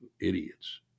idiots